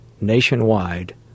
nationwide